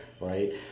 Right